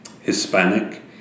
Hispanic